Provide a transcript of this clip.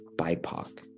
BIPOC